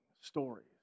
stories